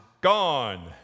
gone